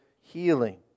healing